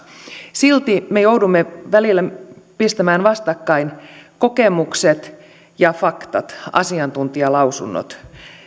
silti me joudumme välillä pistämään vastakkain kokemukset faktat ja asiantuntijalausunnot